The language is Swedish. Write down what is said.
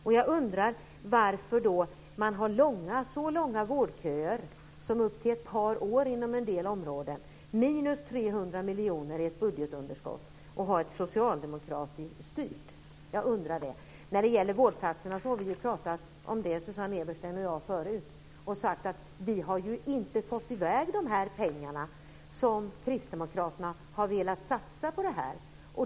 Och jag undrar varför man har så långa vårdköer som upp till ett par år inom en del områden, ett budgetunderskott på 300 miljoner och är socialdemokratiskt styrt? När det gäller vårdplatserna har ju Susanne Eberstein och jag talat om det tidigare, och vi har sagt att vi inte har fått i väg dessa pengar som Kristdemokraterna har velat satsa på detta.